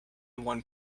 one